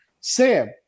Sam